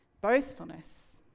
boastfulness